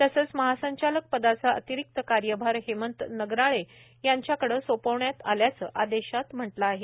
तसंच महासंचालक पदाचा अतिरिक्त कार्यभार हेमंत नगराळे यांच्याकडे सोपविण्यात आल्याचे आदेशात म्हटले आहे